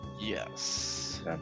yes